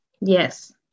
Yes